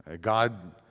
God